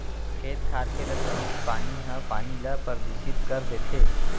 खेत खार के रसइनिक पानी ह पानी ल परदूसित कर देथे